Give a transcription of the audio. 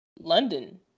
London